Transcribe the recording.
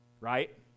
right